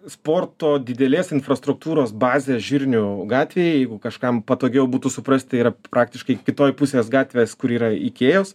sporto didelės infrastruktūros bazės žirnių gatvėj jeigu kažkam patogiau būtų suprasti yra praktiškai kitoj pusės gatvės kur yra ikėjos